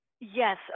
Yes